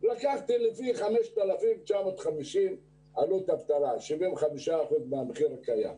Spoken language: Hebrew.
- לקחתי לפי 5,950 עלות אבטלה, 75% מהמחיר הקיים.